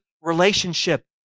relationship